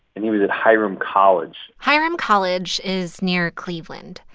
and he was at hiram college hiram college is near cleveland.